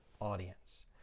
audience